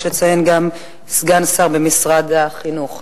יש לציין גם: סגן שר במשרד החינוך.